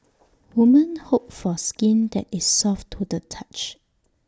women hope for skin that is soft to the touch